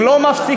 הם לא מפסיקים.